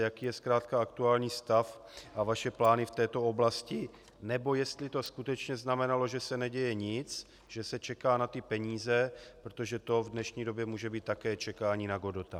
Jaký je zkrátka aktuální stav a vaše plány v této oblasti, nebo jestli to skutečně znamenalo, že se neděje nic, že se čeká na ty peníze, protože to v dnešní době také může také být čekání na Godota.